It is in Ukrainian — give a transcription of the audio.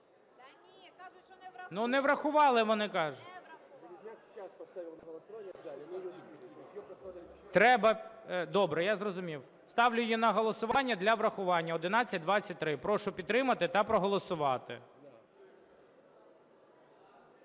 однак зараз вона врахована. Не врахували, вони кажуть. Треба… Добре, я зрозумів. Ставлю її на голосування для врахування, 1123. Прошу підтримати та проголосувати.